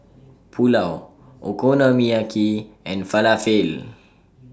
Pulao Okonomiyaki and Falafel